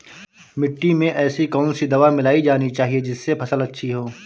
मिट्टी में ऐसी कौन सी दवा मिलाई जानी चाहिए जिससे फसल अच्छी हो?